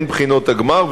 הן בחינות הגמר,